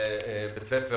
לבית ספר